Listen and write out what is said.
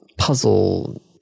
Puzzle